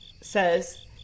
says